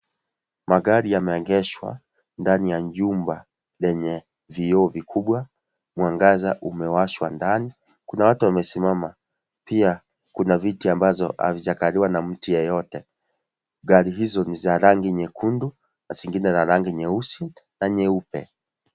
Magari yameegeshwa ndani ya chumba lenye vioo vikubwa, mwangaza umewashwa ndani, kuna watu wamesimama. Pia kuna viti ambazo hazijakaliwa na mtu yeyote. Gari hizo ni za rangi nyekundu, na zingine za rangi nyeusi na nyeupe.